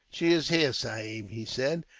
she is here, sahib, he said.